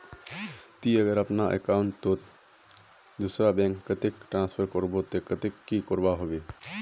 ती अगर अपना अकाउंट तोत दूसरा बैंक कतेक ट्रांसफर करबो ते कतेक की करवा होबे बे?